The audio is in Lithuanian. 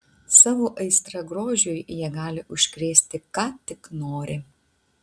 savo aistra grožiui jie gali užkrėsti ką tik nori